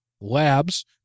labs